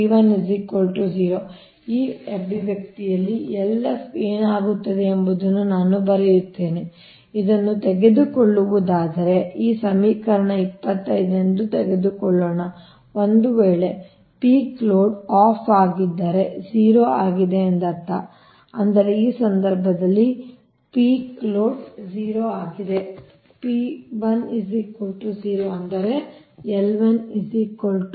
ಆದ್ದರಿಂದ ಈ ಅಭಿವ್ಯಕ್ತಿಯಲ್ಲಿ LF ಏನಾಗುತ್ತದೆ ಎಂಬುದನ್ನು ನಾನು ಬರೆಯುತ್ತೇನೆ ಇದನ್ನು ತೆಗೆದುಕೊಳ್ಳುವುದಾದರೆ ಈ ಸಮೀಕರಣ 25 ಅನ್ನು ತೆಗೆದುಕೊಳ್ಳೋಣ ಒಂದು ವೇಳೆ ಪೀಕ್ ಲೋಡ್ ಆಫ್ ಆಗಿದ್ದರೆ 0 ಆಗಿದೆ ಎಂದರ್ಥ ಅಂದರೆ ಈ ಸಂದರ್ಭದಲ್ಲಿ ಆಫ್ ಪೀಕ್ ಲೋಡ್ 0 ಆಗಿದೆ ಆದರೆ L1 0